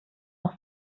noch